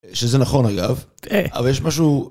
שזה נכון אגב, אבל יש משהו...